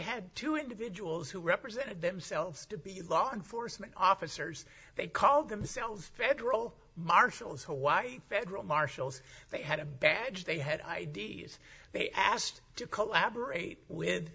had two individuals who represented themselves to be law enforcement officers they called themselves federal marshals hawaii federal marshals they had a badge they had i d s they asked to collaborate with